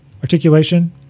articulation